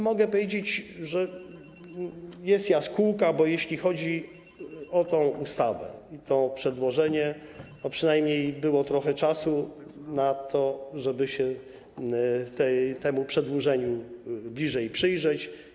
Mogę powiedzieć, że jest jaskółka, bo jeśli chodzi o tę ustawę, to przedłożenie, przynajmniej było trochę czasu na to, żeby się temu przedłożeniu bliżej przyjrzeć.